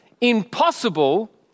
impossible